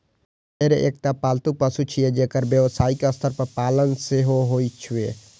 भेड़ एकटा पालतू पशु छियै, जेकर व्यावसायिक स्तर पर पालन सेहो होइ छै